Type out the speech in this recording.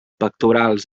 pectorals